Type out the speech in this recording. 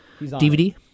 DVD